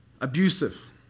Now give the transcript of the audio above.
abusive